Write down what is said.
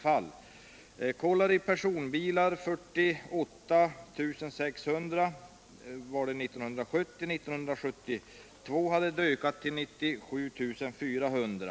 Antalet överforslade personbilar vid Kolari 1970 var 48 600 och hade 1972 ökat till 97 400.